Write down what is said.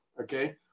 Okay